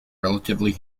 relatively